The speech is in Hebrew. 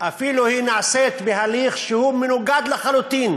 אפילו אם נעשית בהליך שהוא מנוגד לחלוטין